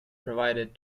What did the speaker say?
provided